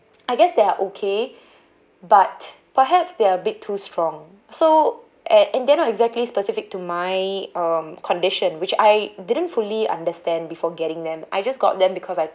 I guess they are okay but perhaps they are a bit too strong so a~ and they're not exactly specific to my um condition which I didn't fully understand before getting them I just got them because I